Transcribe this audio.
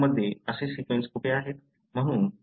आपल्या जीनोममध्ये असे सीक्वेन्स कुठे आहेत